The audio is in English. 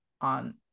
on